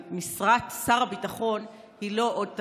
שמשרת שר הביטחון היא לא עוד תפקיד,